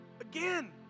again